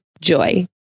Joy